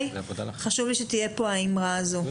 חשוב לי שתהיה פה האמרה הזאת.